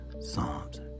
Psalms